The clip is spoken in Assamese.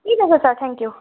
ঠিক আছে ছাৰ ঠেংক ইউ